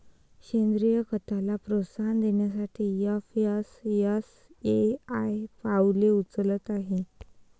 सेंद्रीय खताला प्रोत्साहन देण्यासाठी एफ.एस.एस.ए.आय पावले उचलत आहे